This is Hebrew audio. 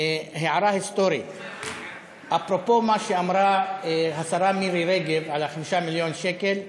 הערה היסטורית: אפרופו מה שאמרה השרה מירי רגב על ה-5 מיליון שקל,